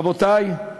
רבותי,